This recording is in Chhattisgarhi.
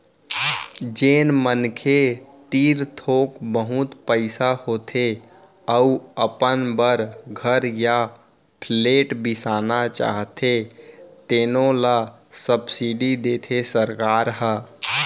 जेन मनखे तीर थोक बहुत पइसा होथे अउ अपन बर घर य फ्लेट बिसाना चाहथे तेनो ल सब्सिडी देथे सरकार ह